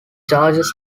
chargers